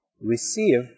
receive